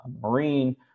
Marine –